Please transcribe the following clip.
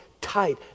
tight